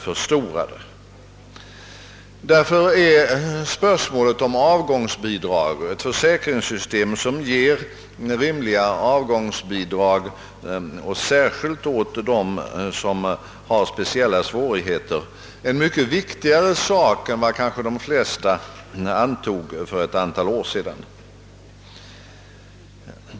Mot denna bakgrund blir spörsmålet om avgångsbidrag och ett försäkringssystem som ger rimliga avgångsbidrag, särskilt då till dem som har speciella svårigheter, en mycket viktigare sak än vad de flesta kanske antog för ett antal år sedan.